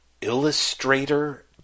illustrator